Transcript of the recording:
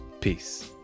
peace